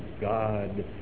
God